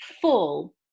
full